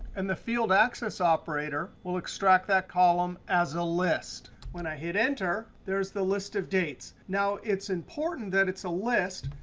and the field access operator will extract that column as a list. when i hit enter, there's the list of dates. now, it's important that it's a list,